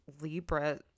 Libra